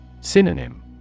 Synonym